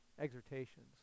exhortations